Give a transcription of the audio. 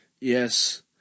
Yes